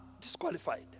disqualified